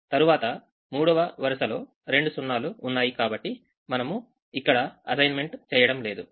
తరువాత మూడవ వరుసలో రెండు సున్నాలు ఉన్నాయి కాబట్టి మనము ఇక్కడ అసైన్మెంట్ చేయడం లేదు